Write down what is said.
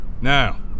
Now